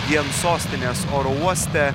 vien sostinės oro uoste